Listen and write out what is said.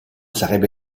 sarebbe